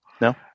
no